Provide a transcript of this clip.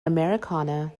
americana